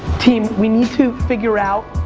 team, we need to figure out,